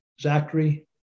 Zachary